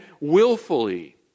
willfully